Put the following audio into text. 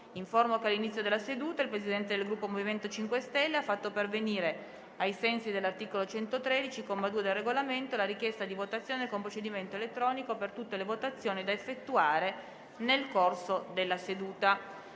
che all'inizio della seduta il Presidente del Gruppo MoVimento 5 Stelle ha fatto pervenire, ai sensi dell'articolo 113, comma 2, del Regolamento, la richiesta di votazione con procedimento elettronico per tutte le votazioni da effettuare nel corso della seduta.